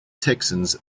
texans